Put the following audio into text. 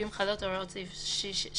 ואם חלות הוראות סעיף 16א,